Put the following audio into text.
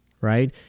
right